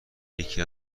یکی